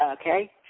Okay